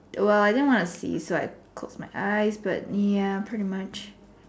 well I didn't wanna see so I close my eyes but ya pretty much